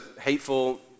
hateful